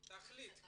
תחליט.